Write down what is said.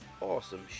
awesome